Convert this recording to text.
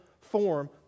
form